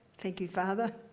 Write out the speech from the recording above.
thank you, father.